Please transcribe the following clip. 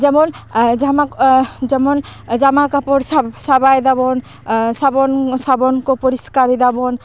ᱡᱮᱢᱚᱱ ᱡᱟᱦᱟᱱᱟᱜ ᱡᱮᱢᱚᱱ ᱡᱟᱢᱟ ᱠᱟᱯᱚᱲ ᱥᱟᱵ ᱥᱟᱯᱷᱟᱭ ᱫᱟᱵᱚᱱ ᱥᱟᱵᱚᱱ ᱠᱚ ᱯᱚᱨᱤᱥᱠᱟᱨᱮᱫᱟ ᱵᱚᱱ